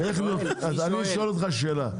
אז אני אשאל אותך שאלה,